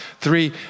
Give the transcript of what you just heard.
Three